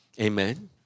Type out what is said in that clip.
Amen